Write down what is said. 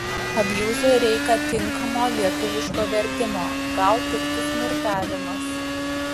abjuzui reika tinkamo lietuviško vertimo gal tiktų smurtavimas